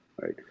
right